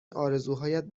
آرزوهایت